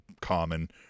common